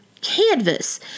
canvas